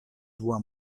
dua